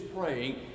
praying